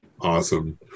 Awesome